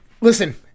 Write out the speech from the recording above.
Listen